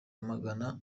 magana